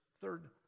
third